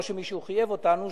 לא שמישהו חייב אותנו,